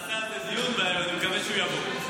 --- ואני מקווה שהוא יבוא.